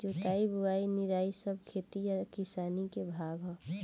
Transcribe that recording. जोताई बोआई निराई सब खेती आ किसानी के भाग हा